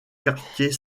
quartier